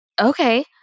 Okay